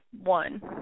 one